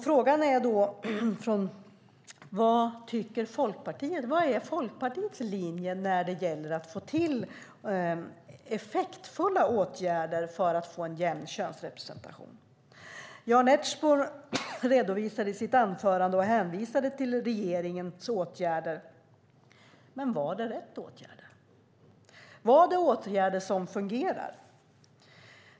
Frågan är då: Vad är Folkpartiets linje när det gäller att få till effektfulla åtgärder för att få en jämn könsrepresentation? Jan Ertsborn redovisade i sitt anförande och hänvisade till regeringens åtgärder. Men var det rätt åtgärder? Var det åtgärder som fungerar?